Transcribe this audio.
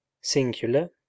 Singular